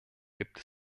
gibt